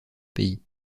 pays